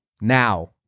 now